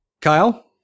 kyle